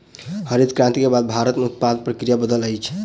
हरित क्रांति के बाद भारत में उत्पादन प्रक्रिया बदलल अछि